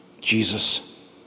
Jesus